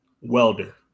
Welder